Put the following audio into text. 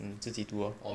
你自己读 lor